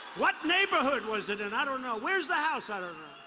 what neighborhood was it in? i don't know. where's the house? i don't